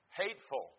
hateful